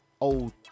old